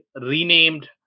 renamed